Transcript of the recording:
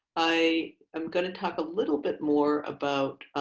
i am going to talk a little bit more about